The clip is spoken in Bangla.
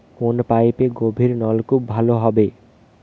কোন পাইপে গভিরনলকুপ ভালো হবে?